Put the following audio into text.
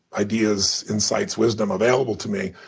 ideas, insights, wisdom available to me.